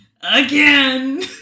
again